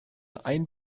ein